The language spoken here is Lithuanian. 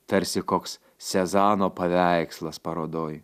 tarsi koks sezano paveikslas parodoj